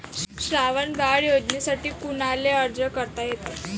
श्रावण बाळ योजनेसाठी कुनाले अर्ज करता येते?